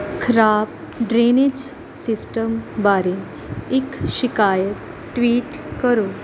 ਖਰਾਬ drainage system ਬਾਰੇ ਇੱਕ ਸ਼ਿਕਾਇਤ ਟਵੀਟ ਕਰੋ